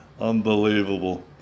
unbelievable